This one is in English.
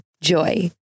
JOY